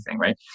right